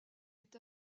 est